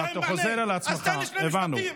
אתה חוזר על עצמך, הבנו.